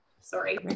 Sorry